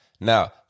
Now